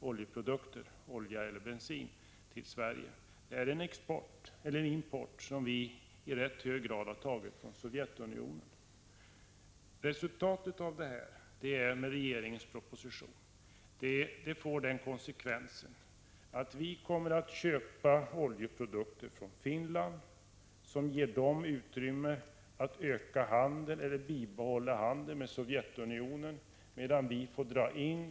oljeprodukter — olja eller bensin — till Sverige, en import som tidigare i rätt hög grad har skett från Sovjetunionen. Konsekvensen av regeringens proposition blir att vi kommer att köpa oljeprodukter från Finland, som får utrymme att öka eller att bibehålla sin handel med Sovjetunionen, medan vi förlorar valuta.